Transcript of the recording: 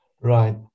right